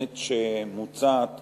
המוצעת